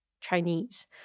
Chinese